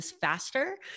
Faster